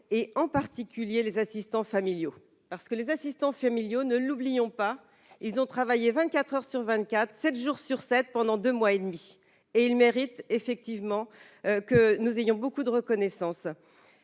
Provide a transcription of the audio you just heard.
et en particulier les assistants familiaux parce que les assistants familiaux, ne l'oublions pas, ils ont travaillé 24 heures sur 24, 7 jours sur 7 pendant 2 mois et demi et il mérite effectivement que nous ayons beaucoup de reconnaissance,